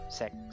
sex